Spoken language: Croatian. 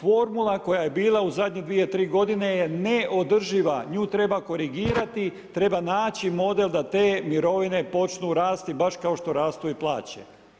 Formula koja je bila u zadnje 2, 3 godine je neodrživa, nju treba korigirati, treba naći model da te mirovine počnu rasti baš kao što rastu i plaće.